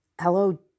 Hello